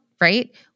right